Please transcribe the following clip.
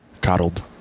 Coddled